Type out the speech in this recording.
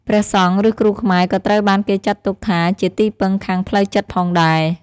ព្រះសង្ឃ ឬគ្រូខ្មែរក៏ត្រូវបានគេចាត់ទុកថាជាទីពឹងខាងផ្លូវចិត្តផងដែរ។